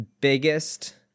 biggest